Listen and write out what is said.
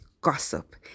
gossip